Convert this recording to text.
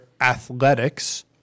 athletics